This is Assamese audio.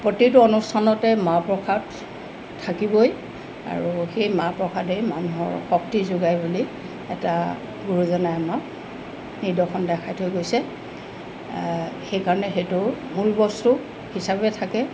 প্ৰতিটো অনুষ্ঠানতে মা প্ৰসাদ থাকিবই আৰু সেই মা প্ৰসাদেই মানুহৰ শক্তি যোগায় বুলি এটা গুৰুজনাই আমাক নিদৰ্শন দেখাই থৈ গৈছে সেইকাৰণে সেইটো মূল বস্তু হিচাপে থাকে